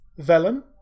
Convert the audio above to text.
Velen